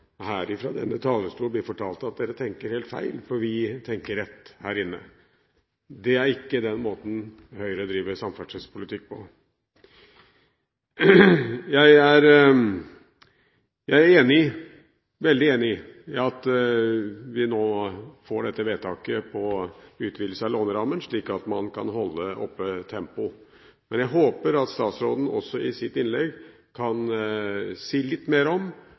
her fra denne talerstol bli fortalt at dere tenker helt feil, for vi tenker rett her inne. Det er ikke den måten Høyre driver samferdselspolitikk på. Jeg er veldig enig i at vi nå får dette vedtaket om utvidelse av lånerammen, slik at man kan holde oppe tempoet. Men jeg håper at statsråden i sitt innlegg kan si litt mer om